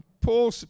Paul